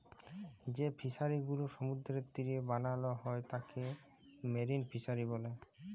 যেই ফিশারি গুলো সমুদ্রের তীরে বানাল হ্যয় তাকে মেরিন ফিসারী ব্যলে